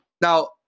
Now